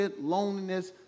loneliness